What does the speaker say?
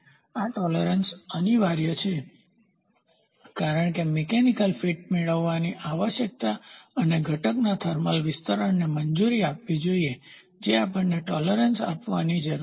આ ટોલેરન્સસહિષ્ણુતા અનિવાર્ય છે કારણ કે મિકેનિકલયાંત્રિક ફિટ મેળવવાની આવશ્યકતા અને ઘટકના થર્મલ વિસ્તરણને મંજૂરી આપવી જોઈએ જે આપણે ટોલેરન્સસહિષ્ણુતા આપવાની જરૂર છે